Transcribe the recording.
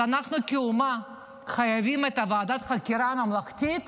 אז אנחנו כאומה חייבים את ועדת החקירה הממלכתית